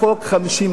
50 חברי כנסת,